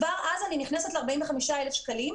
כבר אז אני נכנסת ל-45,000 שקלים,